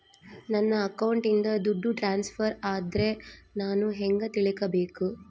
ನನ್ನ ಅಕೌಂಟಿಂದ ದುಡ್ಡು ಟ್ರಾನ್ಸ್ಫರ್ ಆದ್ರ ನಾನು ಹೆಂಗ ತಿಳಕಬೇಕು?